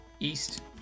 East